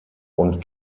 und